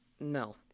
No